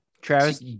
Travis